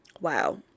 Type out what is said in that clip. Wow